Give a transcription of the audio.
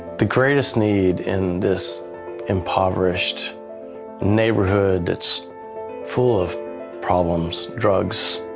the greatest need in this impoverished neighborhood that's full of problems, drugs,